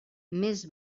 més